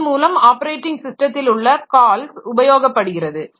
இதன்மூலம் ஆப்பரேட்டிங் ஸிஸ்டத்தில் உள்ள கால்ஸ் உபயோகப்படுகிறது